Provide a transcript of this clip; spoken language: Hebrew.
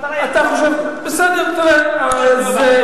המטרה היא הצבעה בסוף.